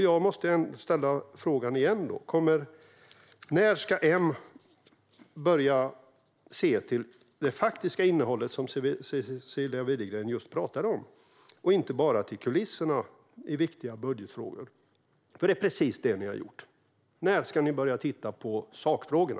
Jag måste ställa frågan igen: När ska M börja att se till det faktiska innehållet - som Cecilia Widegren just talade om - och inte bara till kulisserna i viktiga budgetfrågor? Det är ju precis det ni har gjort. När ska ni börja att titta på sakfrågorna?